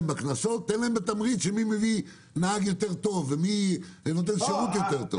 תן להם תמריץ מי מביא נהג יותר טוב ומי נותן שירות יותר טוב.